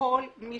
מי